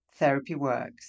therapyworks